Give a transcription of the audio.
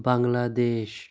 Bangladesh